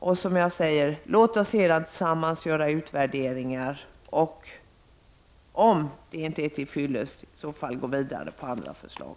Och låt oss sedan, som jag sade, tillsammans göra utvärderingar och, om åtgärderna inte är till fyllest, gå vidare med andra förslag.